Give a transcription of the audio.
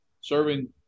serving